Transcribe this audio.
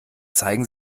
zeigen